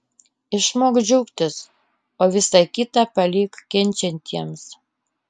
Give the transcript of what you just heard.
išmok džiaugtis o visa kita palik kenčiantiems